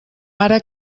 ara